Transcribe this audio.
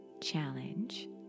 challenge